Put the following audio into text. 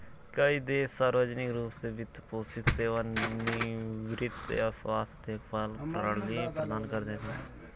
कई देश सार्वजनिक रूप से वित्त पोषित सेवानिवृत्ति या स्वास्थ्य देखभाल प्रणाली प्रदान करते है